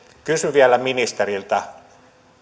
kysyn vielä ministeriltä